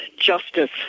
Justice